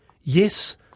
Yes